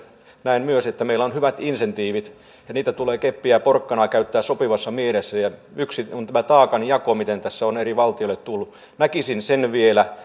näen myös että meillä on hyvät insentiivit keppiä ja porkkanaa tulee käyttää sopivissa määrissä ja yksi on tämä taakanjako miten tässä on eri valtioille tullut näkisin sen vielä